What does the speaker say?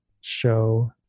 show